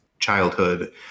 childhood